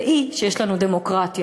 והיא שיש לנו דמוקרטיה.